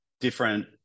different